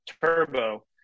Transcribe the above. turbo